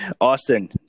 Austin